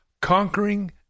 conquering